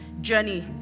journey